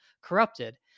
corrupted